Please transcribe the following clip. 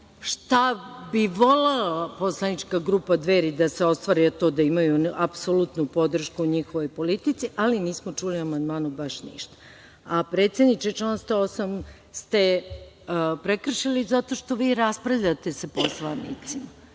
šta bi volela poslanička grupa Dveri da se ostvari, a to je da imaju apsolutnu podršku u njihovoj politici, ali nismo čuli o amandmanu baš ništa. Predsedniče, član 108. ste prekršili zato što vi raspravljate sa poslanicima